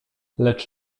lecz